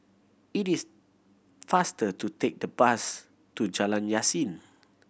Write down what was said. it is faster to take the bus to Jalan Yasin